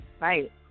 Right